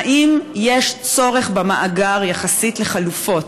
האם יש צורך במאגר יחסית לחלופות.